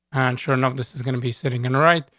and sure enough, this is gonna be sitting and right,